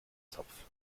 zopf